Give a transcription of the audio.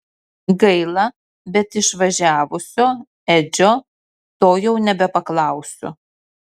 gaila bet išvažiavusio edžio to jau nebepaklausiu